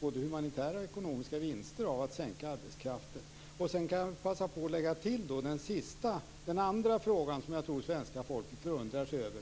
humanitära och ekonomiska vinster av en sänkning av arbetstiden. Låt mig också ta upp den andra fråga som jag tror att svenska folket förundrar sig över.